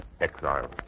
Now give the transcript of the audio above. exile